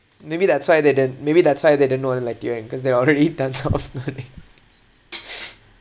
maybe that's why they did~ maybe that's why they didn't want to let you in cause they already done off earn~